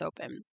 open